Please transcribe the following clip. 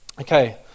Okay